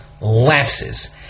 lapses